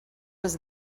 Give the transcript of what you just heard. was